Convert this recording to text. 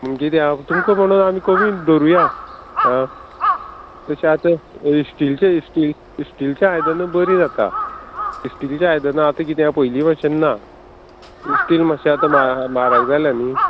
म्हण किदे ते तुमकां म्हणून आमी कमी धरुया आं तशे आतां इश्टील इस्टील इस्टील आयदनां बरी जाता इस्टीलचें आयदनां आतां किदें आसा पयलीं मातशें ना इस्टील मातशें आतां मा म्हारग जाल्या न्ही